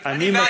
לסיים.